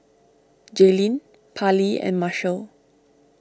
Jaylene Parlee and Marshall